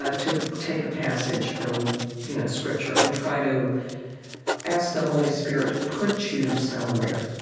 ah to take a passage from you know scripture and try to ask the holy spirit to put you somewhere,